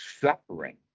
suffering